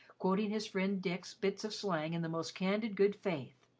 quoting his friend dick's bits of slang in the most candid good faith.